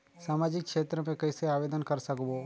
समाजिक क्षेत्र मे कइसे आवेदन कर सकबो?